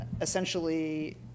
essentially